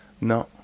no